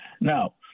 Now